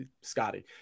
Scotty